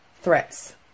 threats